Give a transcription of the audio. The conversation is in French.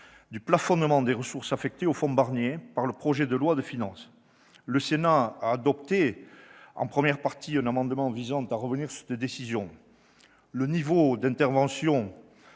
du plafonnement des ressources affectées au fonds Barnier par le projet de loi de finances. Le Sénat a adopté en première partie un amendement visant à revenir sur cette décision. Le niveau d'intervention